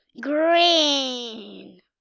green